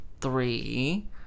three